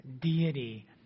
deity